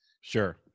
sure